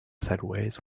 sideways